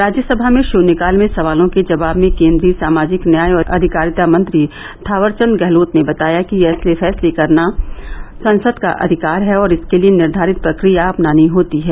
राज्यसभा में शून्यकाल में सवालों के जवाब में केन्द्रीय सामाजिक न्याय और अधिकारिता मंत्री थावरचंद गहलोत ने बताया कि ऐसे फैसले करना संसद का अधिकार है और इसके लिए निर्धारित प्रक्रिया अपनानी होती है